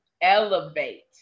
elevate